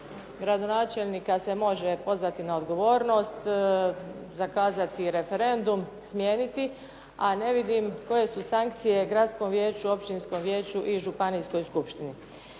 Gradonačelnika se može pozvati na odgovornost, zakazati referendum, smijeniti, a ne vidim koje su sankcije gradskom vijeću, općinskom vijeću i županijskoj skupštini.